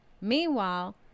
Meanwhile